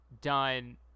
done